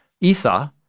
Esau